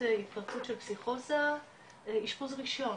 התפרצות של פסיכוזה אישפוז ראשון,